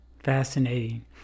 Fascinating